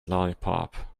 lollipop